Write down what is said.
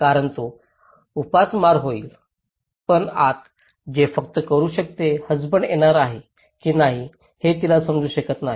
कारण तो उपासमार होईल पण आता ते फक्त करू शकते हसबंड येणार आहे की नाही हे तिला समजू शकत नाही